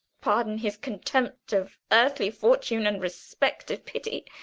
pardon his contempt of earthly fortune and respect of pity